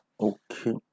Okay